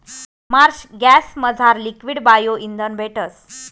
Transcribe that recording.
Marsh गॅसमझार liquid bio इंधन भेटस